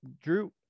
Drew